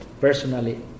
personally